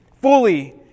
fully